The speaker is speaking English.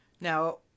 Now